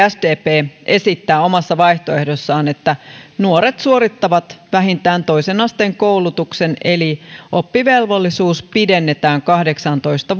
sdp esittää omassa vaihtoehdossaan että nuoret suorittavat vähintään toisen asteen koulutuksen eli oppivelvollisuus pidennetään kahdeksaantoista